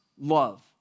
love